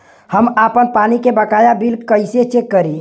हम आपन पानी के बकाया बिल कईसे चेक करी?